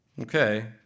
okay